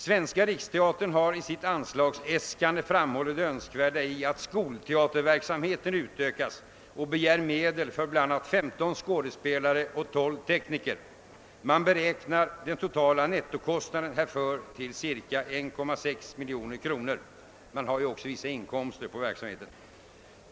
Svenska riksteatern har i sitt anslagsäskande framhållit det önskvärda i att skolteaterverksamheten utökas och begär medel för bl.a. 15 skådespelare och 12 tekniker. Man beräknar de totala nettokostnaderna härför till cirka 1,6 miljoner kronor. Man har ju också vissa inkomster av verksamheten.